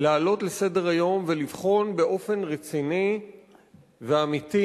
להעלות לסדר-היום ולבחון באופן רציני ואמיתי